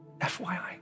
fyi